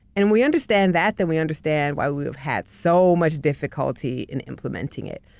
and we understand that then we understand why we have had so much difficulty in implementing it.